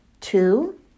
Two